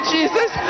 Jesus